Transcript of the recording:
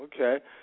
Okay